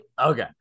Okay